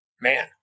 man